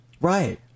Right